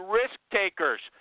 risk-takers